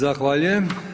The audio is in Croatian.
Zahvaljujem.